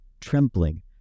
Trembling